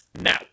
Now